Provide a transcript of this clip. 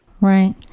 Right